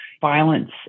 violence